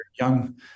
young